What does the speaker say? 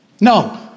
No